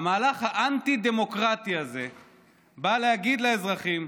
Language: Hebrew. המהלך האנטי-דמוקרטי הזה בא להגיד לאזרחים: